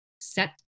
set